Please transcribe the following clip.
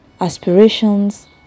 aspirations